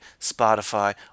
Spotify